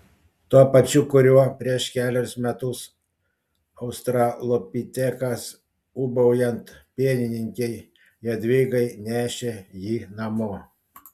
tuo pačiu kuriuo prieš kelerius metus australopitekas ūbaujant pienininkei jadvygai nešė jį namo